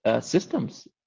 systems